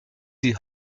die